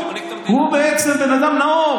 על זה, שמחלק המדינה, הוא בעצם בן אדם נאור.